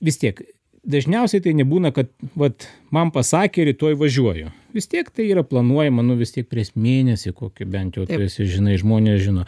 vis tiek dažniausiai tai nebūna kad vat man pasakė rytoj važiuoju vis tiek tai yra planuojama nu vis tiek pries mėnesį kokiu bent jau tu esi žinai žmonės žino